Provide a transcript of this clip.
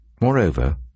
Moreover